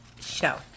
show